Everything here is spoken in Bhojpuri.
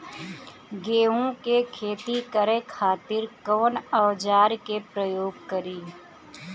गेहूं के खेती करे खातिर कवन औजार के प्रयोग करी?